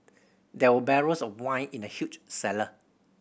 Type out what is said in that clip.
there were barrels of wine in the huge cellar